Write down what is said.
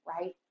right